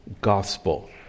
gospel